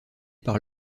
par